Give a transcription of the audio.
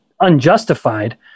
unjustified